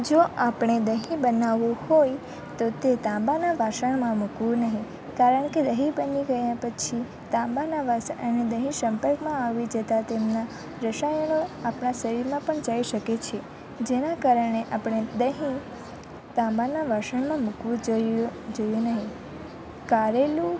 જો આપણે દહીં બનાવવું હોય તો તે તાંબાના વાસણમાં મૂકવું નહીં કારણકે દહીં બની ગયા પછી તાંબાના વાસણ અને દહીં સંપર્કમાં આવી જતાં તેમના રસાયણો આપણા શરીરમાં પણ જઈ શકે છે જેના કારણે આપણે દહીં તાંબાના વાસણમાં મૂકવું જોઈએ જોઈએ નહીં કારેલું